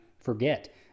forget